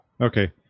Okay